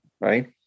right